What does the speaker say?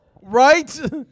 Right